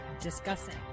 discussing